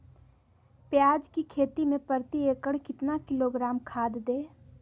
प्याज की खेती में प्रति एकड़ कितना किलोग्राम खाद दे?